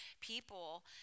people